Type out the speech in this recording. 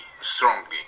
strongly